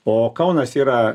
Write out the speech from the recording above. o kaunas yra